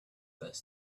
bus